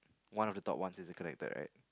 one of the top one isn't connected right